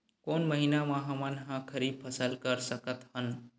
कोन महिना म हमन ह खरीफ फसल कर सकत हन?